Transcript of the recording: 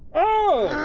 oh.